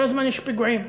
כל הזמן יש פיגועים.